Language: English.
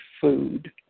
food